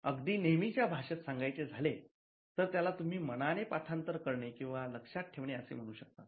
अगदी नेहमीच्या भाषेत सांगायचे झाले तर त्याला तुम्ही मनाने पाठांतर करणे किंवा लक्षात ठेवणे असं म्हणू शकतात